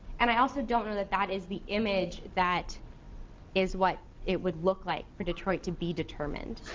and i also don't know that that is the image that is what it would look like for detroit to be determined.